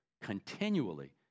continually